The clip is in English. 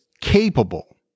capable